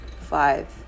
five